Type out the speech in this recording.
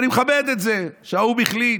אני מכבד את זה שהאו"ם החליט,